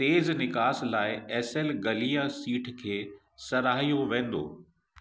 तेजु निकास लाइ एस एल गलीअ सीट खे सरहायो वेंदो